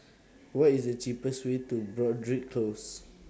What IS The cheapest Way to Broadrick Close